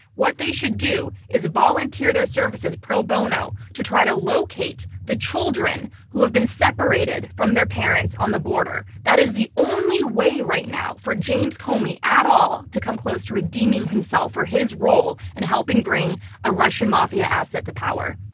what they should do is volunteer their services pro bono to try to locate the children who have been separated from their parents on the border. that is the only way right now for james comey at all to come close to redeeming himself for his role in and helping bring a russian mafia asset to power.